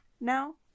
now